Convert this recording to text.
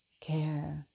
care